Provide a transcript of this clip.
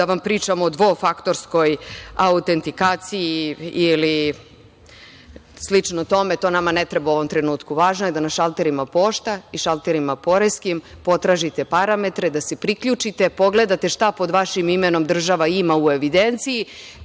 da vam pričam o dvofaktorskoj autentifikaciji ili slično tome. To nama ne treba u ovom trenutku. Važno je da na šalterima pošta i šalterima poreskim potražite parametre, da se priključite, pogledate šta pod vašim imenom država ima u evidenciji,